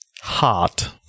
Heart